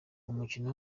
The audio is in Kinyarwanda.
umukino